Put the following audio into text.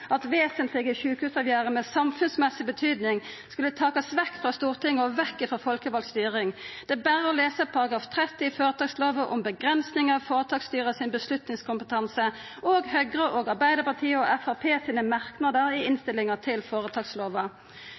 at vesentlege sjukehusavgjerder av samfunnsmessig betyding skulle takast vekk frå Stortinget og vekk frå folkevald styring. Det er berre å lesa § 30 i føretakslova om avgrensing i føretaksstyra sin avgjerdskompetanse og Høgre, Arbeiderpartiet og Framstegspartiet sine merknader i innstillinga til føretakslova.